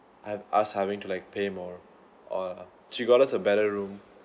have us having to like pay more or she got a better room